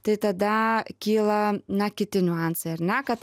tai tada kyla na kiti niuansai ar ne kad